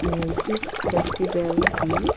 music ꯐꯦꯁꯇꯤꯕꯦꯜꯒꯤ